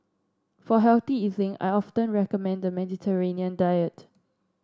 for healthy eating I often recommend the Mediterranean diet